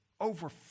over